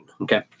Okay